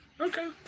Okay